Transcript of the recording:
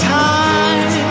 time